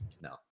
no